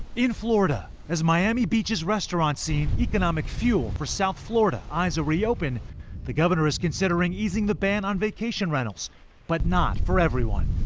in florida, as miami beaches restaurant scene economic fuel for south florida eyes a reopening the governor is considering using the ban on vacation rentals but not for everyone.